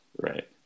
right